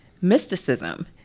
mysticism